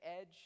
edge